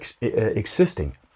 existing